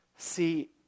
See